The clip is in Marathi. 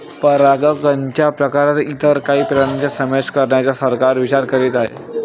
परागकणच्या प्रकारात इतर काही प्राण्यांचा समावेश करण्याचा सरकार विचार करीत आहे